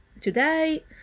today